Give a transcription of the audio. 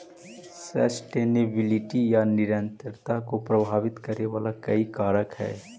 sustainability या निरंतरता को प्रभावित करे वाला कई कारक हई